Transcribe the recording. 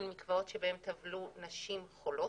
של מקוואות שטבלו בהם נשים חולות,